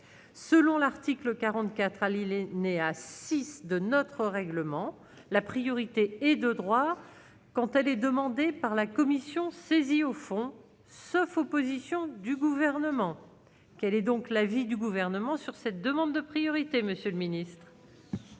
selon l'article 44 à Lille est née à 6 de notre règlement. La priorité est de droit quand elle est demandée par la commission, saisie au fond, sauf opposition du gouvernement, quel est donc l'avis du gouvernement sur cette demande de priorité Monsieur le Ministre.